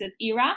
era